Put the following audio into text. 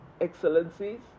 excellencies